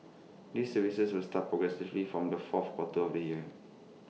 these services will start progressively from the fourth quarter of the year